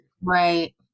Right